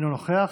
אינו נוכח,